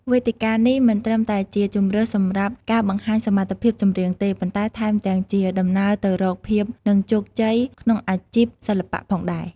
វេទិកានេះមិនត្រឹមតែជាជម្រើសសម្រាប់ការបង្ហាញសមត្ថភាពចម្រៀងទេ ប៉ុន្តែថែមទាំងជាដំណើរទៅរកភាព និងជោគជ័យក្នុងអាជីពសិល្បៈផងដែរ។